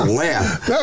laugh